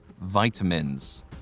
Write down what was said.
vitamins